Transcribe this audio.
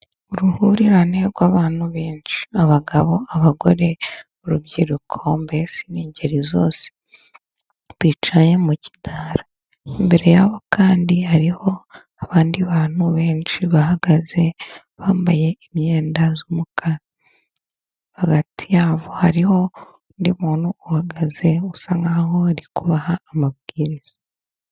Uruhurirane rw'abantu benshi abagabo, abagore, urubyiruko, mbese n'ingeri zose bicaye mu kidara. Imbere yabo kandi hariho abandi bantu benshi bahagaze bambaye imyenda y'umukara, hagati yabo hariho undi muntu uhagaze usa nkaho arikubaha amabwiriza.